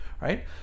right